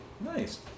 Nice